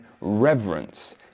reverence